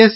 S